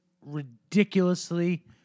ridiculously